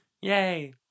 Yay